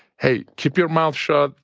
hey, keep your mouth shut.